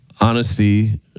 honesty